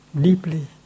deeply